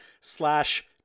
slash